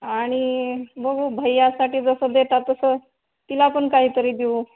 आणि बघू भैयासाठी जसं देता तसं तिला पण काहीतरी देऊ